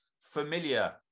familiar